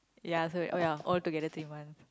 ya so oh ya all together three month